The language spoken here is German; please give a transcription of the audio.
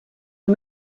nur